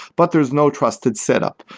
but there is no trusted setup.